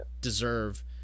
deserve